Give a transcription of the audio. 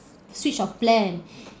switch of plan